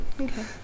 Okay